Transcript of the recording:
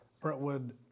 Brentwood